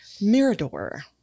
Mirador